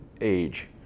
age